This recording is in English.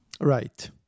Right